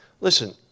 Listen